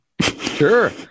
Sure